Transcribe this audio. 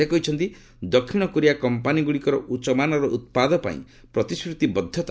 ସେ କହିଛନ୍ତି ଦକ୍ଷିଣ କୋରିଆ କମ୍ପାନୀଗୁଡିକର ଉଚ୍ଚମାନର ଉତ୍ପାଦ ପାଇଁ ପ୍ରତିଶ୍ରତିବଦ୍ଧତା